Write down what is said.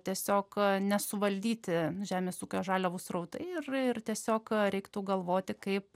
tiesiog nesuvaldyti žemės ūkio žaliavų srautai ir ir tiesiog reiktų galvoti kaip